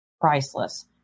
priceless